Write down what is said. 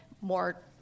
more